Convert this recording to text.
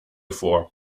vor